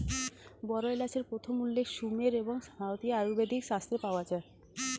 বড় এলাচের প্রথম উল্লেখ সুমের এবং ভারতীয় আয়ুর্বেদিক শাস্ত্রে পাওয়া যায়